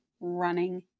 running